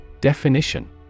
Definition